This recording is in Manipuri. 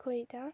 ꯑꯩꯈꯣꯏꯗ